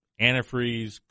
antifreeze